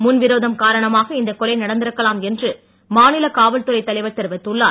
முன் விரோதம் காரணமாக இந்த கொலை நடந்திருக்கலாம் என்று மாநில காவல்துறை தலைவர் தெரிவித்துள்ளார்